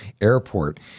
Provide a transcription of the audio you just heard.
airport